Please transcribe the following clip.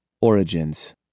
Origins